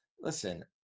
Listen